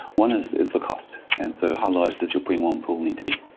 one is is the cost. and so how low does your pre-warm pull need to be?